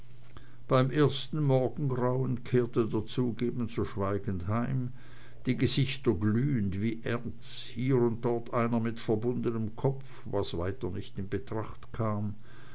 beim ersten morgengrau kehrte der zug ebenso schweigend heim die gesichter glühend wie erz hier und dort einer mit verbundenem kopf was weiter nicht in betracht kam